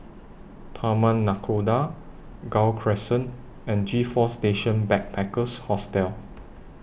Taman Nakhoda Gul Crescent and G four Station Backpackers Hostel